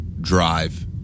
drive